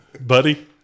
Buddy